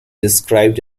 described